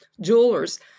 jewelers